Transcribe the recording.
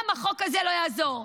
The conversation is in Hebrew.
גם החוק הזה לא יעזור.